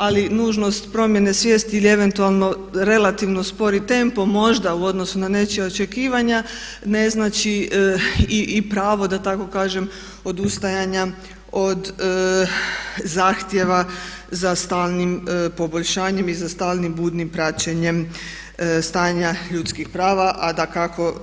Ali nužnost promjene svijesti ili eventualno relativno spori tempo možda u odnosu na nečija očekivanja ne znači i pravo da tako kažem odustajanja od zahtjeva za stalnim poboljšanjem i za stalnim budnim praćenjem stanja ljudskih prava, a dakako